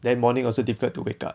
then morning also difficult to wake up